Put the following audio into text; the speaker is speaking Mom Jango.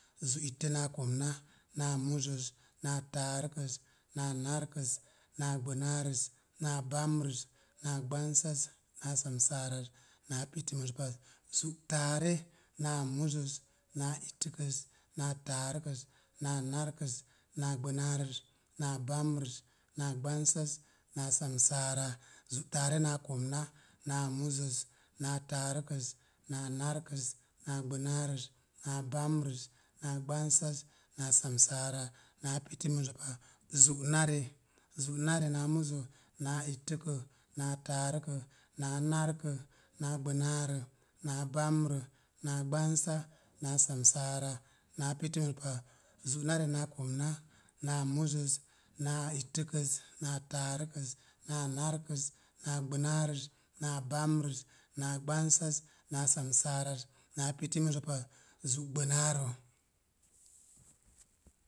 Zu'itte naa komna, naa muzəz, naa taarəkəz, naa narkəz, naa gbanaarəz, naa bambrəzm naa gbansaz, naa samsaaraz, naa piti muzə paz, zu'taare. Naa muzəz, naa ittəkəz, naa taarukəz, naa narkəz, naa gbonaaraʒ, naa bambrəz, naa gbansaz, naa samsaaraz, zu taare naa komna, naa muzəz, naa taarəakaz, naa narkəz, naa gbonaarəz, naa bambrəz, naa gbansaz, naa samsaara, naa piti muzə paz, zu nare, zu’ nare naa muzə, naa ittəkə, naa taaruka, naa narkə, naa gbonarə, naa bambrə, naa gbansa, naa samsaara, naa piti muzə paz, zu nare naa komna. Naa muzəz, naa ittəkəz, naa narkəz, naa gbonarəz, naa bambrəz, naa gbamsaz, naa samsaaraz, naa piti muzə paz, zu'gbonaaro.